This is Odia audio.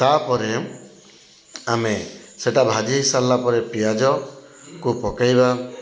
ତାପରେ ଆମେ ସେଇଟା ଭାଜିହେଇ ସାରିଲାପରେ ପିଆଜକୁ ପକାଇବା